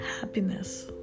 happiness